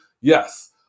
Yes